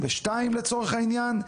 לצורך העניין: